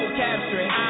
capturing